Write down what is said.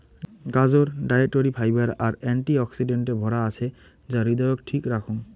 গাজর dietary fibre আর anti অক্সিডেন্টে ভরা আছে যা হৃদয়ক ঠিক রাখং